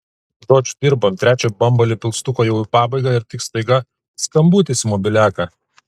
žodžiu dirbam trečią bambalį pilstuko jau į pabaigą ir tik staiga skambutis į mobiliaką